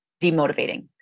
demotivating